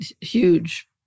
huge